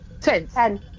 Ten